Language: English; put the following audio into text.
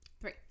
Three